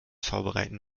vorbereiten